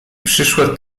przyszło